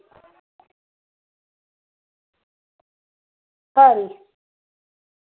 खरी